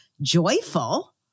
joyful